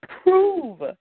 prove